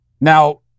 Now